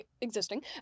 existing